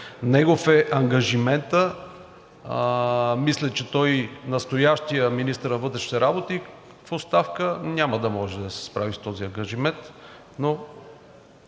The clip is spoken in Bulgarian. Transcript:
негов е ангажиментът. Мисля, че настоящият министър на вътрешните работи в оставка няма да може да се справи с този ангажимент,